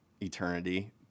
eternity